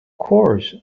course